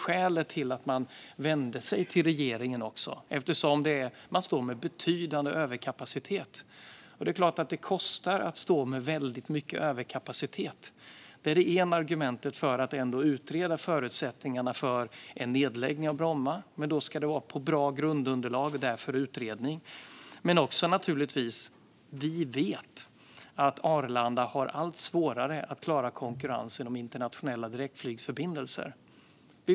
Skälet till att man vänt sig till regeringen är att man står med betydande överkapacitet, och det är klart att det kostar att stå med väldigt mycket överkapacitet. Det är ett argument för att utreda förutsättningarna för en nedläggning av Bromma, men då ska det vara på bra grundunderlag och därför utredning. Men vi vet naturligtvis också att Arlanda har allt svårare att klara konkurrensen om internationella direktflygförbindelser.